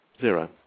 zero